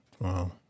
Wow